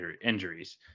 injuries